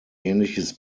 ähnliches